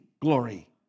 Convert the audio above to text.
glory